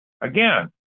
Again